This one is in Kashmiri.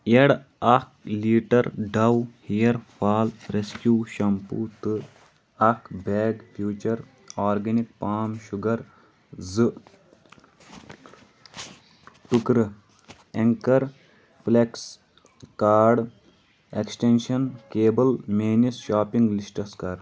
ایڈ اکھ litre Dove hair fall rescue shampoo تہٕ اکھ bag future organic palm sugar زٕ ٹُکرٕ Anchor flex card extension cable میٲنِس شاپنگ لسٹَس کَر